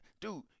dude